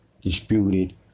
disputed